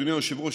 אדוני היושב-ראש,